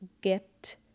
get